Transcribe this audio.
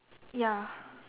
ya